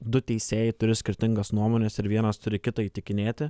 du teisėjai turi skirtingas nuomones ir vienas turi kitą įtikinėti